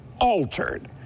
altered